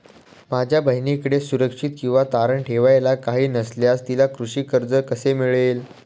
माझ्या बहिणीकडे सुरक्षा किंवा तारण ठेवायला काही नसल्यास तिला कृषी कर्ज कसे मिळेल?